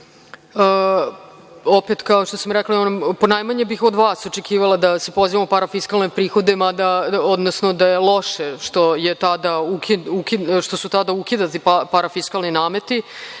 kao što sam rekla, ponajmanje bih od vas očekivala da se pozivamo u parafiskalne prihode, odnosno da je loše što su tada ukinuti parafiskalni nameti.